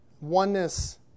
Oneness